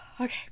Okay